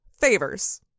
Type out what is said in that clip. favors